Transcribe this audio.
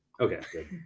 Okay